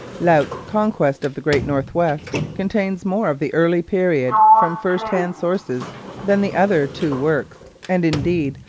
laut's conquest of the great north-west contains more of the early period from first-hand sources than the other two works, and, indeed,